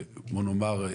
ובוא נאמר,